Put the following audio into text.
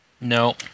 No